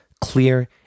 clear